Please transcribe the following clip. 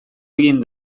egin